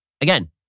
Again